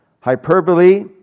Hyperbole